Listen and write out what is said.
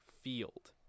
field